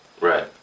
Right